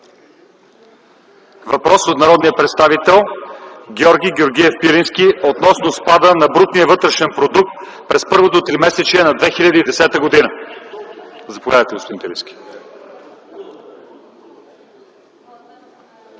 Въпрос от народния представител Георги Георгиев Пирински относно спада на Брутния вътрешен продукт през първото тримесечие на 2010 г. Заповядайте, господин Пирински.